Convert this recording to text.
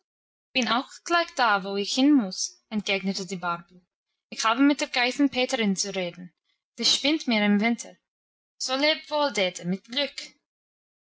bin auch gleich da wo ich hinmuss entgegnete die barbel ich habe mit der geißenpeterin zu reden sie spinnt mir im winter so leb wohl dete mit glück